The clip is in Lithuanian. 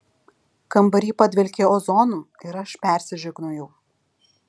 kambary padvelkė ozonu ir aš persižegnojau